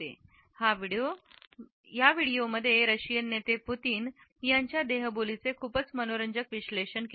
हा व्हिडिओ मध्ये रशियन नेते पुतीन यांच्या देहबोलीचे खूपच मनोरंजक विश्लेषण केले आहे